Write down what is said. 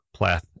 Plath